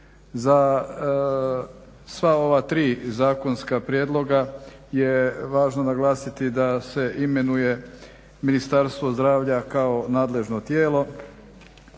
Za sva ova tri zakonska prijedloga je važno naglasiti da se imenuje Ministarstvo zdravlja kao nadležno tijelo.